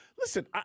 Listen